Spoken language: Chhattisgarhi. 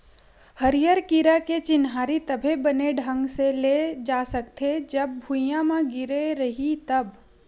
हरियर कीरा के चिन्हारी तभे बने ढंग ले जा सकथे, जब भूइयाँ म गिरे रइही तब